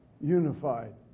unified